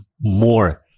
more